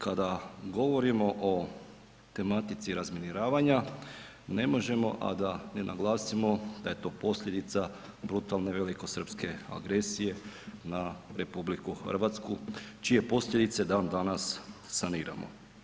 Kada govorimo o tematici razminiravanja, ne možemo, a da ne naglasimo da je to posljedica brutalne velikosrpske agresije na RH, čije posljedice dan danas saniramo.